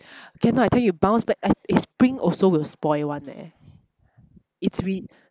cannot I tell you you bounce back I eh spring also will spoil [one] leh it's re~